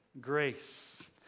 grace